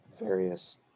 various